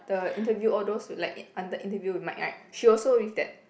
the interview all those like under interview with Mike right she also with that